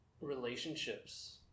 relationships